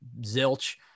zilch